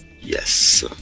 Yes